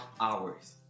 hours